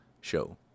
show